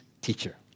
teacher